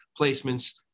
placements